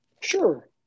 Sure